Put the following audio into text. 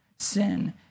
Sin